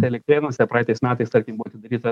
elektrėnuose praeitais metais tarkim buvo atidaryta